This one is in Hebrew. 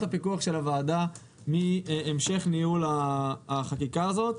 הפיקוח של הוועדה מהמשך ניהול החקיקה הזאת,